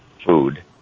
food